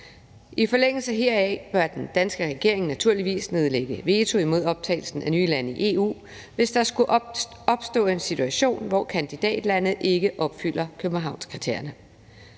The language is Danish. I forlængelse heraf bør den danske regering naturligvis nedlægge veto imod optagelsen af nye lande i EU, hvis der skulle opstå en situation, hvor kandidatlande ikke opfylder Københavnskriterierne.